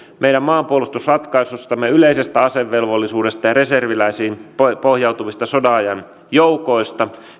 meidän maanpuolustusratkaisustamme yleisestä asevelvollisuudesta ja reserviläisiin pohjautuvista sodanajan joukoista